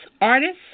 artists